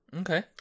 Okay